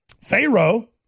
Pharaoh